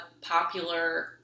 popular